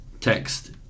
text